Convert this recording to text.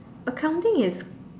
accounting is